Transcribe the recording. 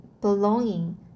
belonging